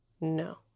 no